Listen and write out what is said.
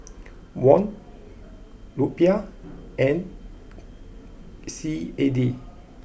won Rupiah and C A D